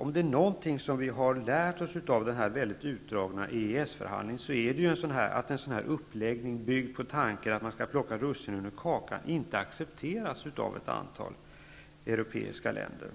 Om det är något som vi har lärt av den här väldigt utdragna EES förhandlingen är det att en sådan här uppläggning som bygger på tanken att man skall plocka russinen ur kakan inte accepteras av ett antal europeiska länder.